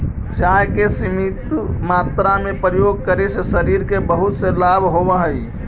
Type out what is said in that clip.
चाय के सीमित मात्रा में प्रयोग करे से शरीर के बहुत से लाभ होवऽ हइ